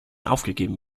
aufgegeben